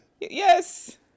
Yes